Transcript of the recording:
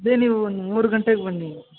ಅದೇ ನೀವು ಒಂದು ಮೂರು ಗಂಟೆಗೆ ಬನ್ನಿ